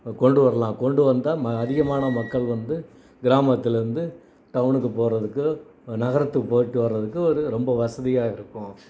கொண்டு வரலாம் கொண்டு வந்தால் ம அதிகமான மக்கள் வந்து கிராமத்திலேருந்து டவுனுக்கு போறதுக்கு நகரத்துக்கு போயிட்டு வர்றதுக்கு ஒரு ரொம்ப வசதியாக இருக்கும்